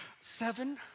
Seven